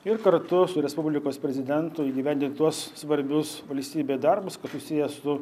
ir kartu su respublikos prezidentu įgyvendint tuos svarbius valstybei darbus kas susiję su